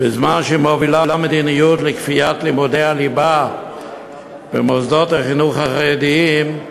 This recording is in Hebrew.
בזמן שהיא מובילה מדיניות לכפיית לימודי הליבה במוסדות החינוך החרדיים,